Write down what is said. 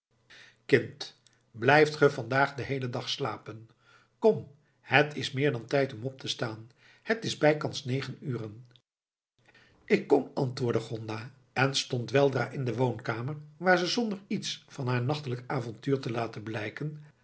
kind blijft ge vandaag heel den dag slapen kom het is meer dan tijd om op te staan het is bijkans negen uren ik kom antwoordde gonda en stond weldra in de woonkamer waar ze zonder iets van haar nachtelijk avontuur te laten blijken